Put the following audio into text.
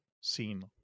seen